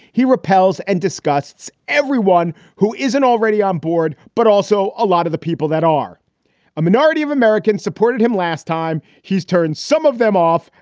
he repels and disgusts everyone who isn't already on board. but also a lot of the people that are a minority of americans supported him last time. he's turned some of them off.